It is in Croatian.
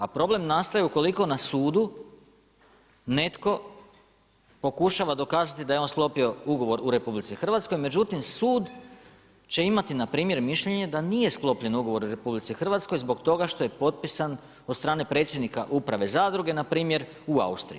A problem nastaje ukoliko na sudu netko pokušava dokazati da je on sklopio ugovor u RH međutim sud će imati npr. mišljenje da nije sklopljen ugovor u RH zbog toga što je potpisan od strane predsjednika uprave zadruge npr. u Austriji.